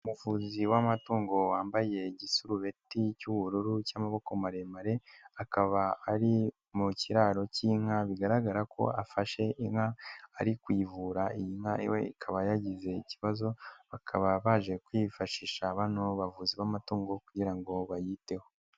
Umuvuzi w'amatungo wambaye igisurubeti cy'ubururu cy'amaboko maremare, akaba ari mu kiraro cy'inka, bigaragara ko afashe inka ari kuyivura iyi nka ye ikaba yagize ikibazo, bakaba baje kwifashisha bano bavuzi b'amatungo kugira ngo bayiteho.